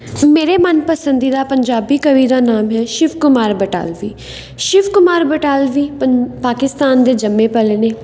ਮੇਰੇ ਮਨ ਪਸੰਦੀਦਾ ਪੰਜਾਬੀ ਕਵੀ ਦਾ ਨਾਮ ਹੈ ਸ਼ਿਵ ਕੁਮਾਰ ਬਟਾਲਵੀ ਸ਼ਿਵ ਕੁਮਾਰ ਬਟਾਲਵੀ ਪੰਜ ਪਾਕਿਸਤਾਨ ਦੇ ਜੰਮੇ ਪਲੇ ਨੇ